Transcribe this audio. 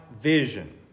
vision